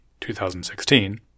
2016